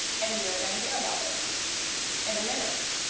and you are going to hear about it in a minute.